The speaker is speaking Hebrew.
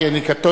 כי אני קטונתי,